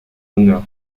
honneur